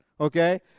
Okay